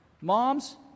Moms